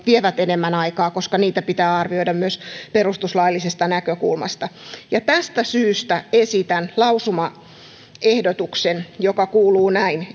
vievät enemmän aikaa koska niitä pitää arvioida myös perustuslaillisesta näkökulmasta tästä syystä esitän lausumaehdotuksen joka kuuluu näin